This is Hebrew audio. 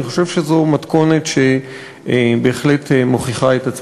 אני חושב שזו מתכונת שבהחלט מוכיחה את עצמה.